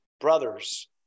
brothers